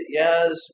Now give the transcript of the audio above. yes